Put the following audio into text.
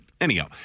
Anyhow